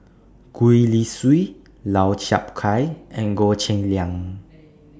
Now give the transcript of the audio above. Gwee Li Sui Lau Chiap Khai and Goh Cheng Liang